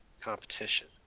competition